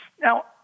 Now